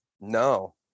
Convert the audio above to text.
No